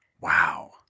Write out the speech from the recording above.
Wow